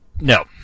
No